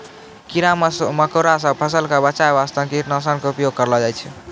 कीड़ा मकोड़ा सॅ फसल क बचाय वास्तॅ कीटनाशक के उपयोग करलो जाय छै